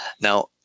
Now